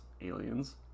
aliens